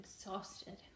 exhausted